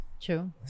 True